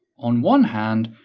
on one hand,